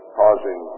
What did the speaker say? causing